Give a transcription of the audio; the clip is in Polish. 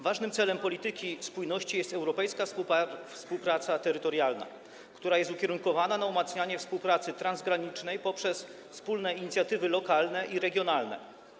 Ważnym celem polityki spójności jest europejska współpraca terytorialna, która jest ukierunkowana na umacnianie współpracy transgranicznej poprzez wspólne inicjatywy lokalne i regionalne.